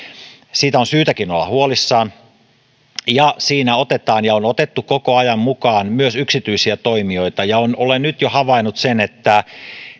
siitä on syytäkin olla huolissaan siinä otetaan ja on otettu koko ajan mukaan myös yksityisiä toimijoita ja olen nyt jo havainnut sen että